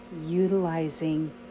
utilizing